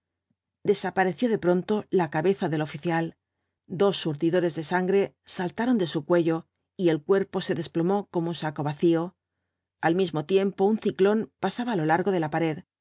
desapareció de pronto la cabeza del oficial dos surtidores de sangre saltaron de su cuello y el cuerpo se desplomó como un saco vacío al mismo tiempo un ciclón pasaba á lo largo de la pared